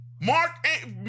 Mark